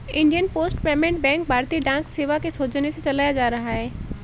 Indian post payment bank भारतीय डाक सेवा के सौजन्य से चलाया जा रहा है